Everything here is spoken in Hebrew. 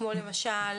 למשל,